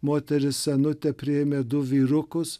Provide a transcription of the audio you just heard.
moteris senutė priėmė du vyrukus